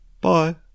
Bye